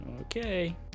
Okay